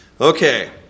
Okay